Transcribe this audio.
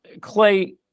Clay